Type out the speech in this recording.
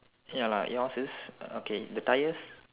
ya lah yours is okay the tyres